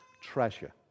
treasure